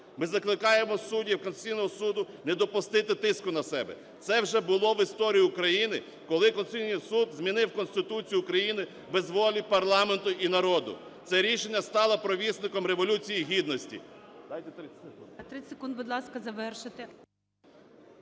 Ми закликаємо суддів Конституційного Суду не допустити тиску на себе. Це вже було в історії України, коли Конституційний Суд змінив Конституцію України без волі парламенту і народу, це рішення стало провісником Революції Гідності…